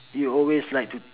you always like to